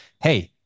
Hey